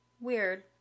weird